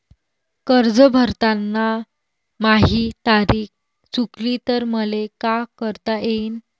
कर्ज भरताना माही तारीख चुकली तर मले का करता येईन?